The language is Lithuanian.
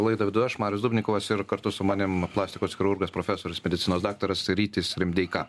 laidą vedu aš marius dubnikovas ir kartu su manim plastikos chirurgas profesorius medicinos daktaras rytis rimdeika